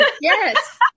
yes